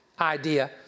idea